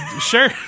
Sure